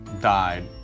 died